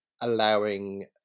Allowing